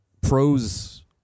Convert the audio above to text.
pros